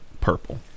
purple